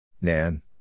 Nan